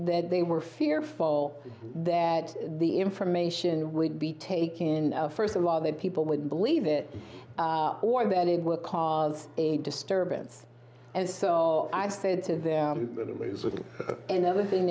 that they were fearful that the information would be taken in first of all that people wouldn't believe it or that it would cause a disturbance and so i said to them and everything